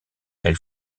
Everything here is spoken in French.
elle